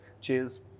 cheers